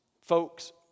Folks